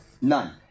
None